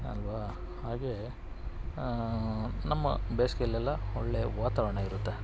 ಅಲ್ವಾ ಹಾಗೇ ನಮ್ಮ ಬೇಸಿಗೆಯಲ್ಲೆಲ್ಲ ಒಳ್ಳೆಯ ವಾತಾವರಣ ಇರುತ್ತೆ